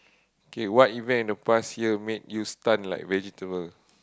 okay what event in the past year made you stun like vegetable